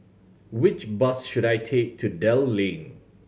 which bus should I take to Dell Lane